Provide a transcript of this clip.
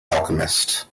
alchemist